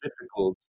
difficult